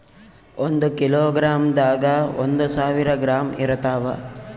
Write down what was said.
ಒಂದ್ ಕಿಲೋಗ್ರಾಂದಾಗ ಒಂದು ಸಾವಿರ ಗ್ರಾಂ ಇರತಾವ